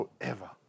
forever